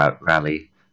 Rally